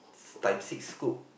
s~ times six scope